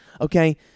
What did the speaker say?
okay